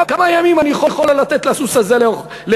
כמה ימים אני יכול לא לתת לסוס הזה לאכול,